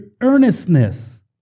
earnestness